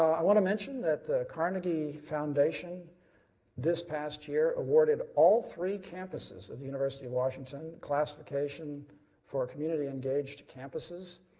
i want to mention that the carnegie foundation this past year awarded all three campuses at the university of washington, classification for community engaged campuses,